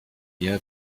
ihr